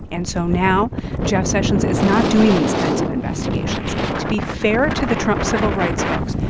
and so now jeff sessions is not doing these kinds of investigations. to be fair to the trump civil rights folks,